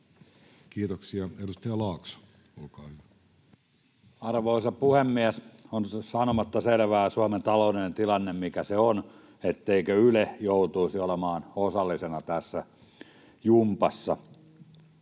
muuttamisesta Time: 15:00 Content: Arvoisa puhemies! On sanomatta selvää, kun Suomen taloudellinen tilanne on, mikä se on, etteikö Yle joutuisi olemaan osallisena tässä jumpassa.